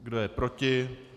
Kdo je proti?